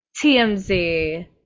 TMZ